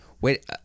Wait